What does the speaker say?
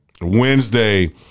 Wednesday